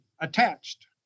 attached